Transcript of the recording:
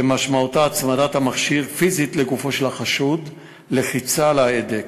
שמשמעותה הצמדת המכשיר פיזית לגופו של החשוד ולחיצה על ההדק,